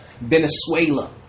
Venezuela